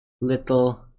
little